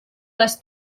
les